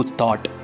thought